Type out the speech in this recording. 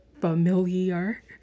Familiar